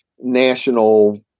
national